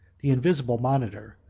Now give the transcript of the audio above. the invisible monitor,